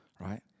right